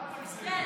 אל תגזימי.